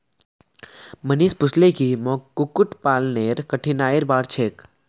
मनीष पूछले की मोक कुक्कुट पालनेर कठिनाइर बार छेक